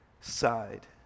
side